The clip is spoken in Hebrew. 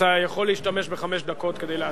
אתה יכול להשתמש בחמש דקות כדי להשיב,